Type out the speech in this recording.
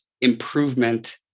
improvement